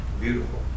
beautiful